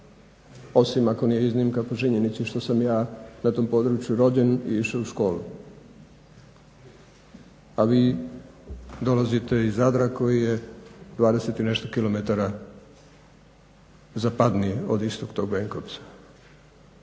osim ako nije iznimka po činjenici što sam ja na tom području rođen i išao u školu, a vi dolazite iz Zadra koji je 20 i nešto kilometara zapadnije od istog tog Benkovca.